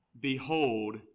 Behold